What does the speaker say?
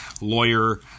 lawyer